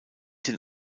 den